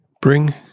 Bring